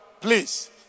Please